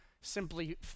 simply